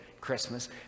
Christmas